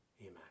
Amen